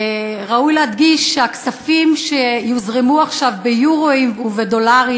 ראוי להדגיש שהכספים שיוזרמו עכשיו ביורואים ובדולרים